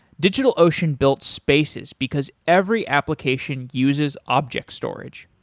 digitalocean built spaces, because every application uses objects storage.